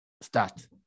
Start